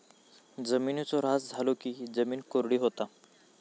जिमिनीचो ऱ्हास झालो की जिमीन कोरडी होता